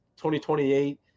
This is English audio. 2028